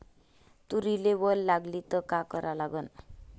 तुरीले वल लागली त का करा लागन?